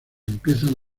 empiezan